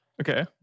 okay